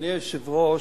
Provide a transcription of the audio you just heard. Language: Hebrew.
אדוני היושב-ראש,